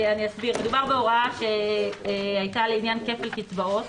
מדובר בהוראה שהייתה לעניין כפל קצבאות,